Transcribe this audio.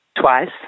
twice